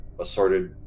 assorted